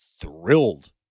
thrilled